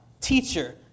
Teacher